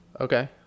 Okay